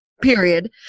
period